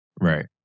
Right